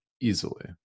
easily